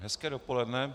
Hezké dopoledne.